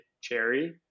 cherry